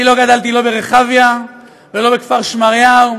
אני לא גדלתי לא ברחביה, ולא בכפר שמריהו.